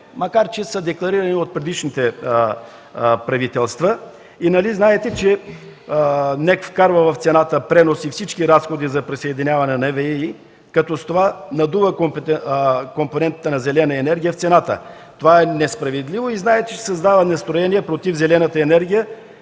макар че е декларирано от предишните правителства? Нали знаете, че НЕК вкарва „пренос” в цената и всички разходи за присъединяване на ВЕИ, като с това надува компонентите на „зелена енергия” в цената. Това е несправедливо и знаете, че създава настроения против „зелената енергия”,